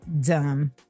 dumb